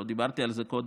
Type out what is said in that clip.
לא דיברתי על זה קודם,